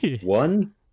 One